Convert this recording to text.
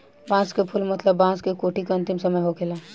बांस के फुल मतलब बांस के कोठी के अंतिम समय होखेला